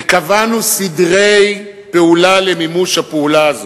וקבענו סדרי פעולה למימוש הפעולה הזאת.